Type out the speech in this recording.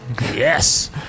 Yes